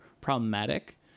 problematic